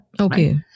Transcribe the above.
Okay